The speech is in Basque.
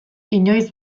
inoiz